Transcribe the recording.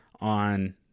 on